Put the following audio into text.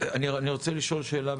אני רוצה לשאול שאלה,